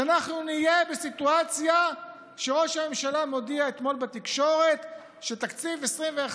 שאנחנו נהיה בסיטואציה שראש הממשלה מודיע אתמול בתקשורת שתקציב 2021